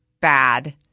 bad